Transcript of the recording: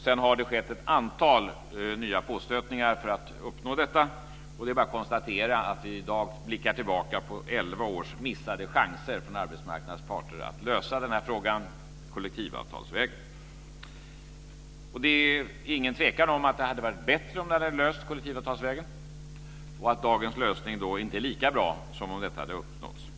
Sedan har det skett ett antal nya påstötningar för att uppnå detta. Det är bara att konstatera att vi i dag blickar tillbaka på elva års missade chanser för arbetsmarknadens parter att lösa den här frågan kollektivavtalsvägen. Det är ingen tvekan om att det hade varit bättre om den hade lösts kollektivavtalsvägen och att dagens lösning inte är lika bra som om detta hade uppnåtts.